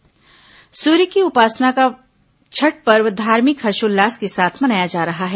छठ पर्व सूर्य की उपासना का छठ पर्व धार्मिक हर्षोल्लास के साथ मनाया जा रहा है